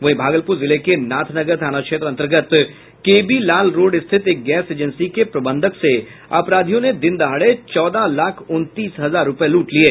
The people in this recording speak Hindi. वहीं भागलपुर जिले के नाथनगर थाना क्षेत्र अंतर्गत केबी लाल रोड स्थित एक गैस एजेंसी के प्रबंधक से अपराधियों ने दिनदहाड़े चौदह लाख उनतीस हजार रूपये लूट लिये